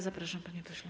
Zapraszam, panie pośle.